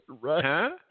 Right